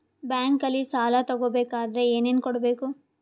ಬ್ಯಾಂಕಲ್ಲಿ ಸಾಲ ತಗೋ ಬೇಕಾದರೆ ಏನೇನು ಕೊಡಬೇಕು?